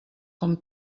com